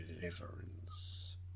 deliverance